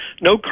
No